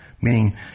Meaning